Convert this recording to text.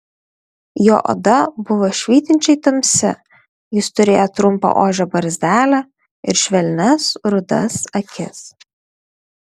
jo oda buvo švytinčiai tamsi jis turėjo trumpą ožio barzdelę ir švelnias rudas akis